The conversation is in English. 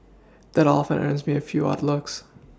that often earns me a few odd looks